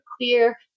clear